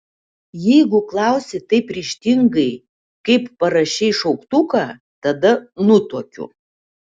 jeigu klausi taip ryžtingai kaip parašei šauktuką tada nutuokiu